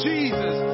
Jesus